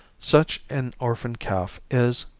such an orphan calf is,